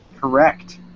Correct